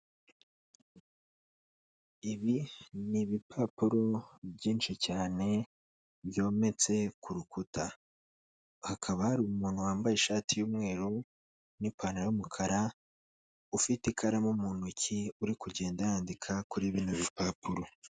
Ibi ni ibipapuro byinshi cyane byometse ku rukuta, hakaba hari umuntu wambaye ishati y'umweru n'ipantaro y'umukara ufite ikaramu mu ntoki, uri kugenda yandika kuri bino rupapuro.